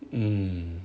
mm